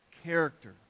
character